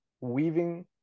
weaving